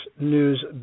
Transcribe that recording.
news